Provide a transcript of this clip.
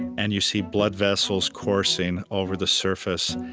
and you see blood vessels coursing over the surface.